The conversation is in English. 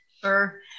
Sure